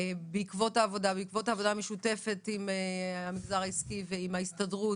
בעקבות העבודה המשותפת עם המגזר העסקי ועם ההסתדרות?